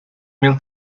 mil